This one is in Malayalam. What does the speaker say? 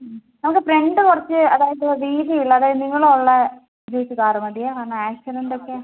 ഹ്മ് നമുക്ക് ഫ്രണ്ട് കുറച്ച് അതായത് വീതി ഉള്ള അതായത് നീളം ഉള്ള സൈസ് കാർ മതിയേ കാരണം ആക്സിഡൻറ്റ് ഒക്കെ